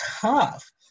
tough